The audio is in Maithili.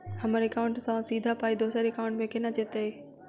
हम्मर एकाउन्ट सँ सीधा पाई दोसर एकाउंट मे केना जेतय?